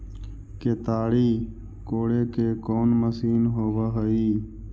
केताड़ी कोड़े के कोन मशीन होब हइ?